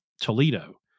Toledo